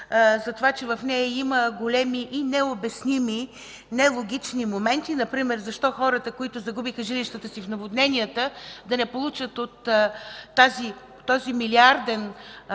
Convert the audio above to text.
за това, че в нея има големи и необясними, нелогични моменти, например защо хората, които загубиха жилищата си в наводненията, да не получат от този милиарден